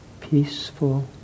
peaceful